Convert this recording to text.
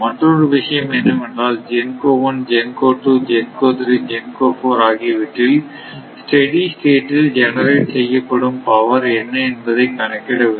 மற்றொரு விஷயம் என்னவென்றால் GENCO 1 GENCO 2 GENCO 3 GENCO 4 ஆகியவற்றில் ஸ்டெடி ஸ்டேட் இல் ஜெனரேட் செய்யப்படும் பவர் என்ன என்பதை கணக்கிட வேண்டும்